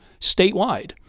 statewide